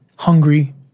hungry